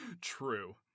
True